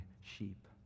sheep